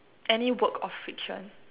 any work of fiction